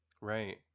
Right